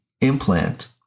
implant